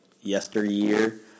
yesteryear